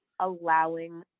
allowing